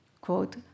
quote